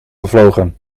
gevlogen